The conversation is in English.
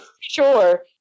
Sure